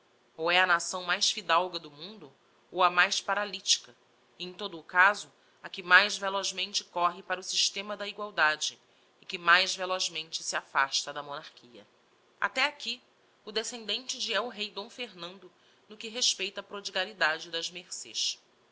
ou é a nação mais fidalga do mundo ou a mais paralytica e em todo o caso a que mais velozmente corre para o systema da igualdade e que mais velozmente se afasta da monarchia até aqui o descendente de el-rei d fernando no que respeita á prodigalidade das mercês